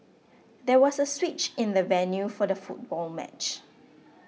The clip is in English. there was a switch in the venue for the football match